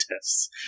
tests